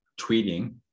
tweeting